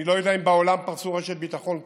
אני לא יודע אם בעולם פרסו רשת ביטחון כזאת,